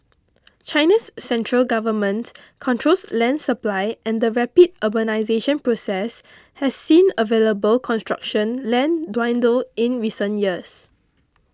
China's central government controls land supply and the rapid urbanisation process has seen available construction land dwindle in recent years